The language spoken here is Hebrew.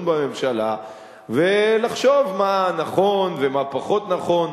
בממשלה ולחשוב מה נכון ומה פחות נכון,